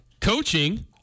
coaching